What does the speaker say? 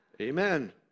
Amen